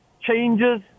changes